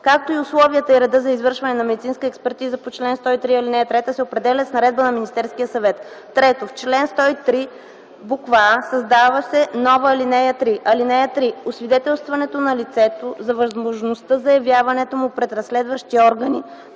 както и условията и редът за извършване на медицинска експертиза по чл. 103, ал. 3 се определят с наредба на Министерския съвет.” 3. В чл. 103: а) създава се нова ал. 3: „(3) Освидетелстването на лицето за възможността за явяването му пред разследващите органи